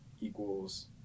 equals